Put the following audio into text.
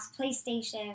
PlayStation